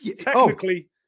technically